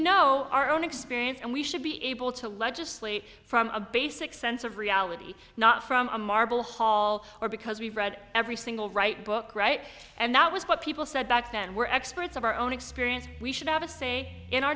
know our own experience and we should be able to legislate from a basic sense of reality not from a marble hall or because we read every single right book right and that was what people said back then were experts of our own experience we should have a say in our